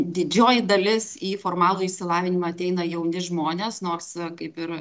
didžioji dalis į formalų išsilavinimą ateina jauni žmonės nors kaip ir